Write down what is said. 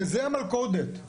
זו המלכודת.